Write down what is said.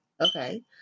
Okay